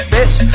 Bitch